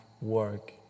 work